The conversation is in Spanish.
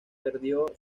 perdió